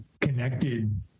connected